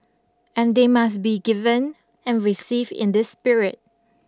and they must be given and received in this spirit